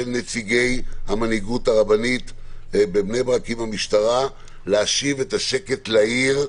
של נציגי המנהיגות הרבנית בבני ברק כדי להשיב את השקט לעיר,